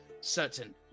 certain